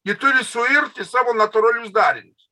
ji turi suirt į savo natūralius darinius